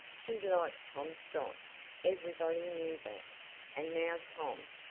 she liked tom scott everybody knew that and now tom,